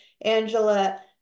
Angela